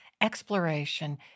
exploration